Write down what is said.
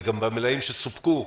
וגם במלאים שסופקו,